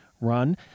run